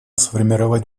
сформировать